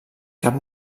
cap